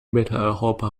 mitteleuropa